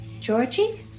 Georgie